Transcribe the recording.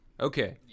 Okay